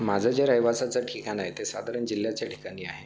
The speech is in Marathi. माझं जे रहिवासाचं ठिकाण आहे ते साधारण जिल्ह्याच्या ठिकाणी आहे